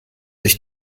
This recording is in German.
sich